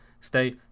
stay